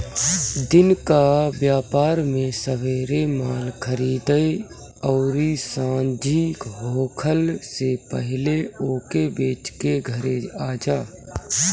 दिन कअ व्यापार में सबेरे माल खरीदअ अउरी सांझी होखला से पहिले ओके बेच के घरे आजा